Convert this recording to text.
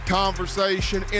conversation